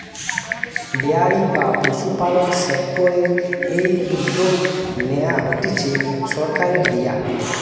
dairy বা পশুপালন সেক্টরের এই উদ্যগ নেয়া হতিছে সরকারের দিয়া